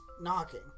knocking